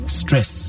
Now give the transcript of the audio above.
stress